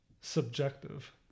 subjective